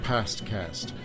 Pastcast